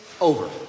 over